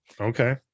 Okay